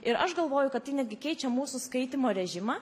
ir aš galvoju kad tai netgi keičia mūsų skaitymo rėžimą